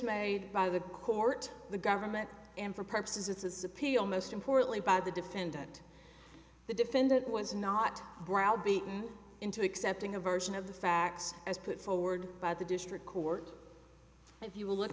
made by the court the government and for purposes of his appeal most importantly by the defendant the defendant was not brow beaten into accepting a version of the facts as put forward by the district court if you look